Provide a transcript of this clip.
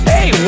Hey